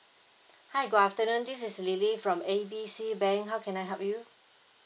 hi good afternoon this is lily from A B C bank how can I help you